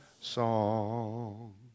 song